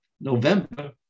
November